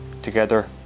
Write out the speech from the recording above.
Together